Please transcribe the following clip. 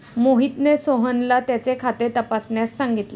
मोहितने सोहनला त्याचे खाते तपासण्यास सांगितले